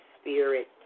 spirit